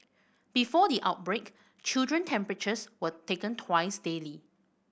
before the outbreak children temperatures were taken twice daily